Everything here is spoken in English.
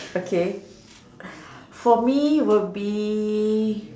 okay for me will be